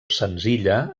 senzilla